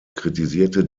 kritisierte